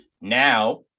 Now